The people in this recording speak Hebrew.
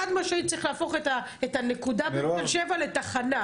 חד משמעי צריך להפוך את הנקודה בתל שבע לתחנה.